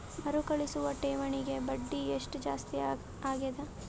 ಮರುಕಳಿಸುವ ಠೇವಣಿಗೆ ಬಡ್ಡಿ ಎಷ್ಟ ಜಾಸ್ತಿ ಆಗೆದ?